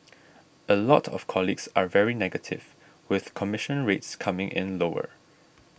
a lot of colleagues are very negative with commission rates coming in lower